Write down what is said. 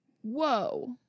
Whoa